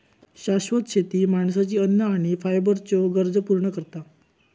शाश्वत शेती माणसाची अन्न आणि फायबरच्ये गरजो पूर्ण करता